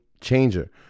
changer